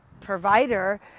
provider